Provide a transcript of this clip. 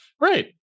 Right